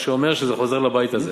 מה שאומר שזה חוזר לבית הזה.